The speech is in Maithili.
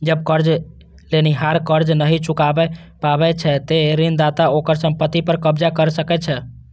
जब कर्ज लेनिहार कर्ज नहि चुका पाबै छै, ते ऋणदाता ओकर संपत्ति पर कब्जा कैर सकै छै